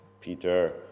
Peter